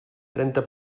trenta